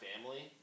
family